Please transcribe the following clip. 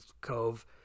Cove